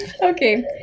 Okay